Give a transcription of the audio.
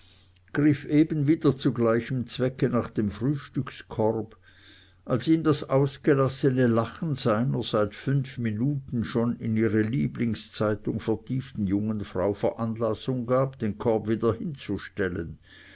griff eben wieder zu gleichem zweck nach dem frühstückskorb als ihm das ausgelassene lachen seiner seit fünf minuten schon in ihre lieblingszeitung vertieften jungen frau veranlassung gab den korb wieder hinzustellen